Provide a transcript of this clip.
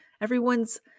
everyone's